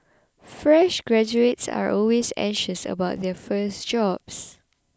fresh graduates are always anxious about their first job